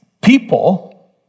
people